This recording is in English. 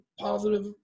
positive